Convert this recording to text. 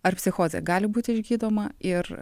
ar psichozė gali būti išgydoma ir